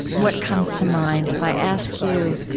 what comes to mind if i ask you.